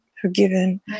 forgiven